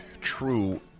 true